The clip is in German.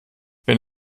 wenn